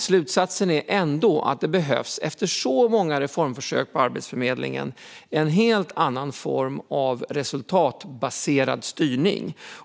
Slutsatsen är ändå att det efter så många reformförsök på Arbetsförmedlingen behövs en helt annan form av resultatbaserad styrning.